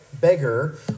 beggar